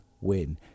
win